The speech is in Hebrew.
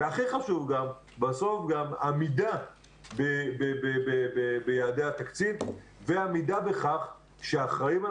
והכי חשוב בסוף גם העמידה ביעדי התקציב ועמידה בכך שאחראים על